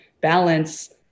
balance